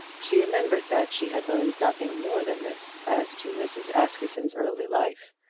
she remembered that she had learned nothing more than this as to mrs. askerton's early life.